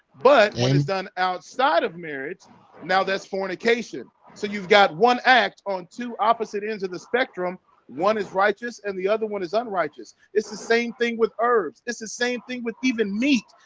but when it's done outside of marriage now that's fornication. so you've got one act on two opposite ends of the spectrum one is righteous, and the other one is unrighteous it's the same thing with herbs. it's the same thing with even meat.